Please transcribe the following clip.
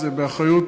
זה באחריות